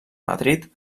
madrid